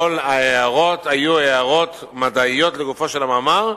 כל ההערות היו הערות מדעיות לגופו של המאמר,